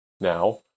now